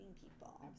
people